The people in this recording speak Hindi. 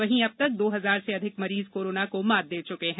वहीं अब तक दो हजार से अधिक मरीज कोरोना को मात दे चुके हैं